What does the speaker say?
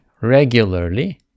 regularly